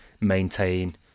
maintain